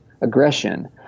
aggression